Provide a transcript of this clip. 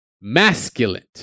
masculine